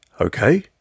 Okay